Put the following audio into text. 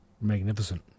Magnificent